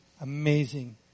amazing